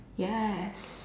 yes